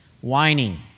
whining